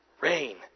Rain